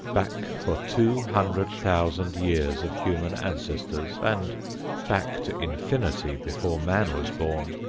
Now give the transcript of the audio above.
back for two hundred thousand years of human ancestors, and back to infinity before man was born,